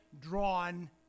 drawn